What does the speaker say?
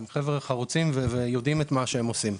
הם חבר'ה חרוצים ויודעים את מה שהם עושים.